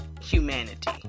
humanity